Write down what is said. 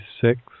six